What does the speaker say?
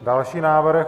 Další návrh?